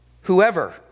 whoever